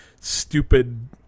stupid